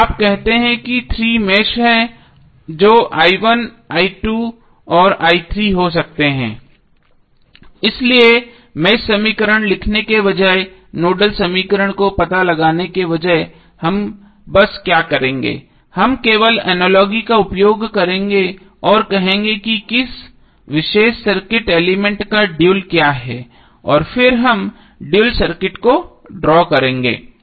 तो आप कहते हैं कि 3 मेष हैं जो i1 हैं i2 और i3 हो सकते हैं इसलिए मेष समीकरण लिखने के बजाय और नोडल समीकरण को पता लगाने के बजाय हम बस क्या करेंगे हम केवल अनालोगी का उपयोग करेंगे हम कहेंगे कि किस विशेष सर्किट एलिमेंट का ड्यूल क्या है और फिर हम ड्यूल सर्किट को ड्रा करेंगे